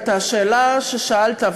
השאלה ששאלת,